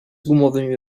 gumowymi